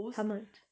how much